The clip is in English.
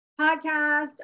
podcast